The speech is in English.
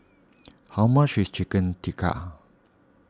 how much is Chicken Tikka